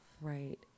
Right